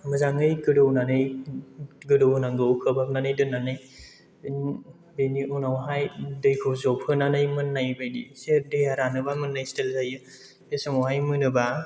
मोजाङै गोदौ होनानै गोदौ होनांगौ खोबहाबनानै दोननानै बिनि उनावहाय दैखौ जबहोनानै मोननाय बायदि एसे दैया रानोबा मोननाय स्टाइल जायो बे समावहाय मोनोबा